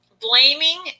blaming